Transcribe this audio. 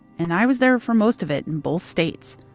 and i was there for most of it in both states.